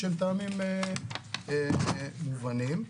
מטעמים מובנים.